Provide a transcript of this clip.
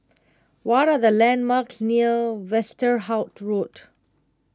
what are the landmarks near Westerhout Road